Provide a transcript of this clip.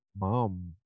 mom